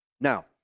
Now